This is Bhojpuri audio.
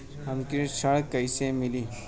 हमके ऋण कईसे मिली?